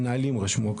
נרשמו מנהלים רשמו,